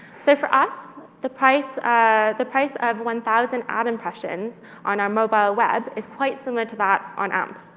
so for us, the price ah the price of one thousand ad impressions on our mobile web is quite similar to that on amp.